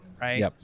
right